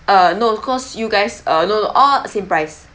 uh no of course you guys uh no no all same price